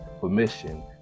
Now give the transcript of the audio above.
permission